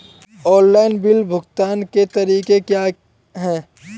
Online bill भुगतान के तरीके क्या हैं?